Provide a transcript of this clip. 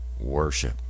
worship